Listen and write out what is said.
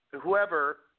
whoever